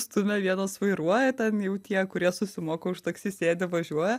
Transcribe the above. stumia vienas vairuoja ten jau tie kurie susimoka už taksi sėdi važiuoja